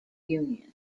unions